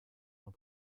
pour